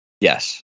Yes